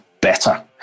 better